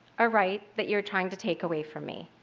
a right that you are trying to take away from me.